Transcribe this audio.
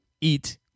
eat